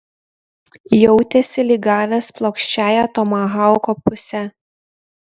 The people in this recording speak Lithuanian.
jautėsi lyg gavęs plokščiąja tomahauko puse